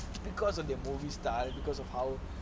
because of their movie style because of how